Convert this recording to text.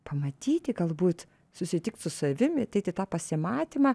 pamatyti galbūt susitikt su savim ateit į tą pasimatymą